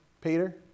Peter